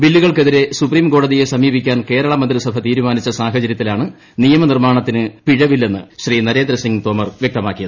ബില്ലുകൾക്കെതിരെ സുപ്രീംകോടതിയെ സമീപിക്കാൻ കേരള മന്തിസഭ തീരുമാനിച്ച സാഹചര്യത്തിലാണ് നിയമനിർമ്മാണത്തിന് പിഴവില്ലെന്ന് ശ്രീ നരേന്ദ്രസിംഗ് തോമർ വ്യക്തമാക്കിയത്